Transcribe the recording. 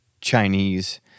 Chinese